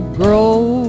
grow